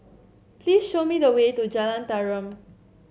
please show me the way to Jalan Tarum